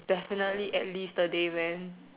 definitely at least a day man